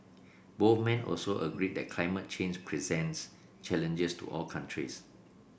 both men also agreed that climate change presents challenges to all countries